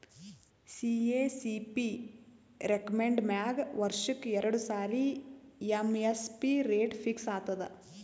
CACP recommend ಮ್ಯಾಗ್ ವರ್ಷಕ್ಕ್ ಎರಡು ಸಾರಿ ಎಮ್.ಎಸ್.ಪಿ ರೇಟ್ ಫಿಕ್ಸ್ ಆತದ್